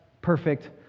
perfect